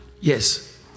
Yes